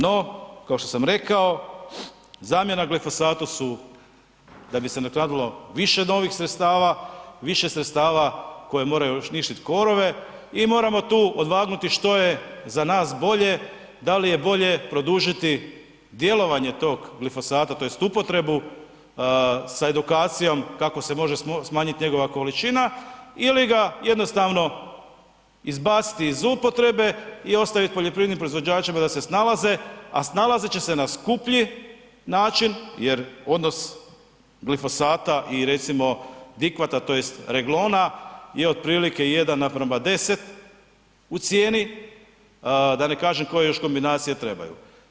No, kao što sam rekao, zamjena glifosatu su, da bi se ... više novih sredstava, više sredstava koji moraju uništiti korove i moramo tu odvagnuti što je za nas bolje, da li je bolje produžiti djelovanje tog glifosata, tj. upotrebu sa edukacijom kako se može smanjiti njegova količina ili ga jednostavno izbaciti iz upotrebe i ostaviti poljoprivrednim proizvođačima da se snalaze, a snalazit će se na skuplji način jer odnos glifosata i recimo Dikvata, tj. Reglonea je otprilike 1:10 u cijeni, da ne kažem koje još kombinacije trebaju.